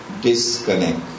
disconnect